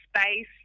space